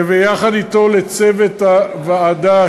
ויחד אתו לצוות הוועדה,